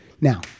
Now